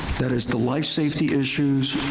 that is, the life safety issues,